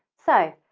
so,